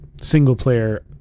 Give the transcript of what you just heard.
single-player